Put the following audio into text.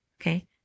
Okay